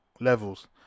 levels